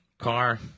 car